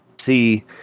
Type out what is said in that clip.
see